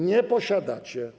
Nie posiadacie.